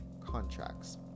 contracts